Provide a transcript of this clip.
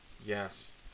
Yes